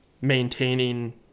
maintaining